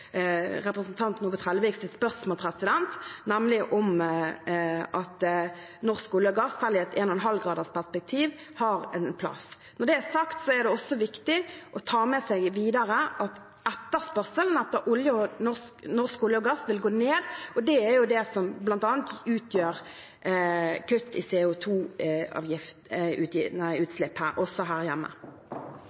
representanten Ove Trelleviks spørsmål, nemlig om norsk olje og gass selv i et 1,5-gradersperspektiv har en plass. Når det er sagt, er det også viktig å ta med seg videre at etterspørselen etter norsk olje og gass vil gå ned, og det er jo det som bl.a. utgjør kutt i CO 2 -utslipp også her hjemme.